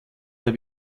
der